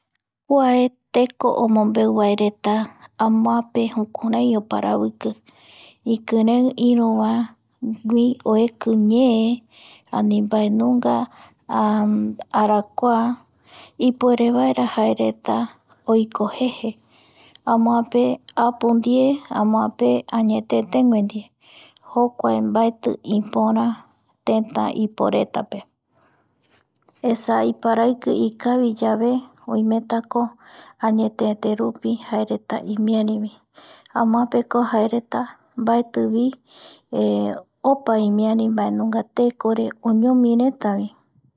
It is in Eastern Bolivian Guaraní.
Kuae teko omombeu vaereta amoape jukurai oparaviki ikirei iruvaegui oeki ñee ani mbaenunga arakua ipuerevaera jaereta oiko jeje amoape apu ndie amoape añetetegue ndie, jokuae mbaeti ipöra tëtä iporeta ndie esa iparaiki ikaviyae oimetako añeteterupi jaereta imiarivi, amoapeko jaereta mbaetivi opa imiari mbae nunga tekoretare oñomiretavi